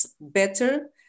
better